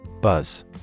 Buzz